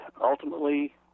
ultimately